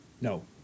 No